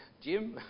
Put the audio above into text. Jim